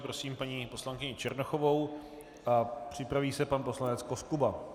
Prosím paní poslankyni Černochovou a připraví se pan poslanec Koskuba.